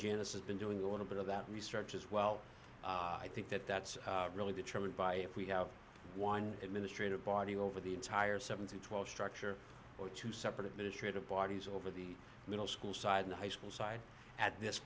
janice's been doing a little bit of that research as well i think that that's really determined by if we have one administrative body over the entire seven to twelve structure or two separate administrative bodies over the middle school side in the high school side at this